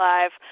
Live